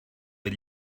del